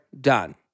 Done